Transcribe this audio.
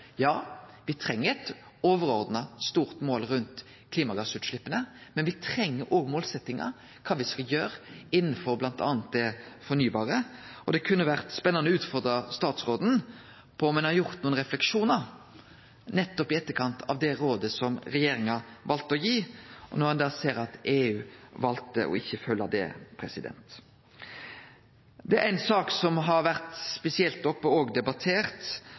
Ja, me treng eit overordna stort mål rundt klimagassutsleppa, men me treng òg målsetjingar, kva me skal gjere innanfor m.a. det fornybare. Det kunne vore spennande å utfordre statsråden på om han har gjort seg nokre refleksjonar nettopp i etterkant av det rådet som regjeringa valde å gi, når ein da ser at EU valde ikkje å følgje det. Det er ei sak som har vore spesielt oppe og debattert,